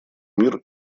мир